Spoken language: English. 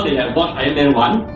they have watched iron man one,